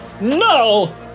no